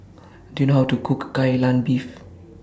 Do YOU know How to Cook Kai Lan Beef